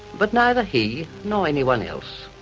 but neither he, nor anyone else,